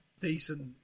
Decent